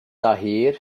daher